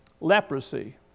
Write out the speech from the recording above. leprosy